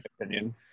opinion